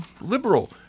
liberal